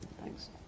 Thanks